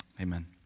amen